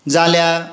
जाल्यार